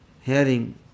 hearing